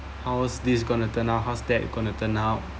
how's this gonna turned out how's that gonna turned out